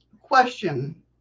Question